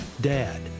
Dad